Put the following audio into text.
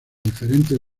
diferentes